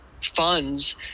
funds